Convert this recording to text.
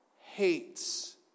hates